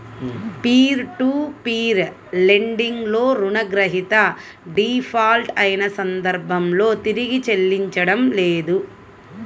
peer to peer lending లో రుణగ్రహీత default అయిన సందర్భంలో తిరిగి చెల్లించడం లేదు